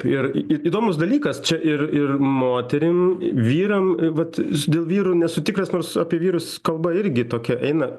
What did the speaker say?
ir į įdomus dalykas čia ir ir moterim vyram vat dėl vyrų nesu tikras nors apie vyrus kalba irgi tokia eina